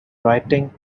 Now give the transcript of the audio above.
writing